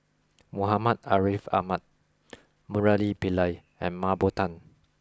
Muhammad Ariff Ahmad Murali Pillai and Mah Bow Tan